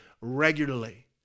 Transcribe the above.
regularly